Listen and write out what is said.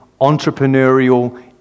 entrepreneurial